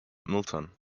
milton